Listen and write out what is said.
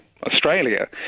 Australia